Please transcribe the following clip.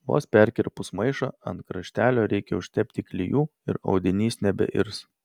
vos perkirpus maišą ant kraštelio reikia užtepti klijų ir audinys nebeirs